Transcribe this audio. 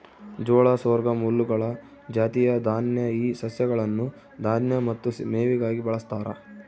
ಜೋಳ ಸೊರ್ಗಮ್ ಹುಲ್ಲುಗಳ ಜಾತಿಯ ದಾನ್ಯ ಈ ಸಸ್ಯಗಳನ್ನು ದಾನ್ಯ ಮತ್ತು ಮೇವಿಗಾಗಿ ಬಳಸ್ತಾರ